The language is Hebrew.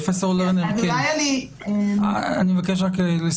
פרופ' לרנר, אני מבקש לסיים.